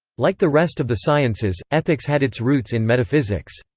like the rest of the sciences, ethics had its roots in metaphysics.